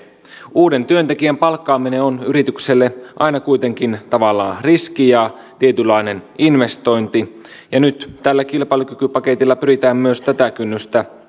uuden työntekijän palkkaaminen on yritykselle aina kuitenkin tavallaan riski ja tietynlainen investointi ja nyt tällä kilpailukykypaketilla pyritään myös tätä kynnystä